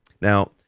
Now